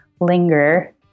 linger